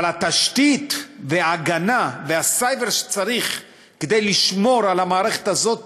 אבל התשתית וההגנה והסייבר שצריך כדי לשמור על המערכת הזאת,